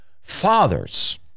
Fathers